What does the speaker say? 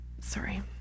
Sorry